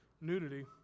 nudity